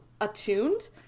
attuned